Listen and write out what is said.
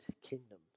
kingdom